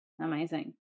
Amazing